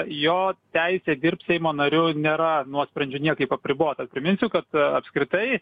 jo teisė dirbt seimo nariu nėra nuosprendžiu niekaip apribota priminsiu kad apskritai